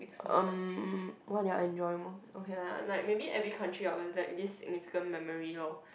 erm what did I enjoy the most okay lah like maybe every country I will like this significant memory lor